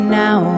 now